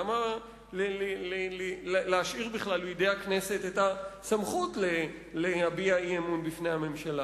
למה להשאיר בכלל בידי הכנסת את הסמכות להביע אי-אמון בממשלה?